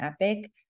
epic